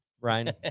Ryan